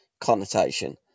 connotation